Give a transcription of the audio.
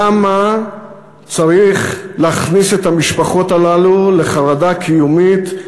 למה צריך להכניס את המשפחות הללו לחרדה קיומית,